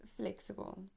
flexible